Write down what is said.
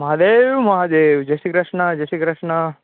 મહાદેવ મહાદેવ જય શ્રી કૃષ્ણ જે શ્રી કૃષ્ણ